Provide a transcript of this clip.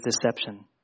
deception